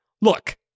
Look